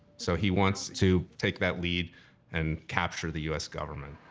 so he wants to take that lead and capture the u s. government.